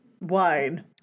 wine